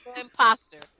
imposter